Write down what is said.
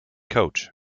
coach